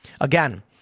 Again